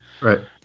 Right